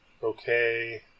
Okay